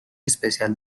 especial